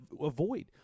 avoid